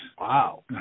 Wow